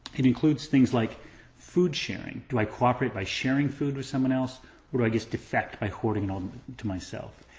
it includes things like food sharing, do i cooperate by sharing food with someone else or do i just defect by hording it all to myself.